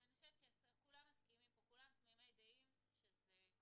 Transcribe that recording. אני חושבת שכולם פה תמימי דעים שזה מיותר.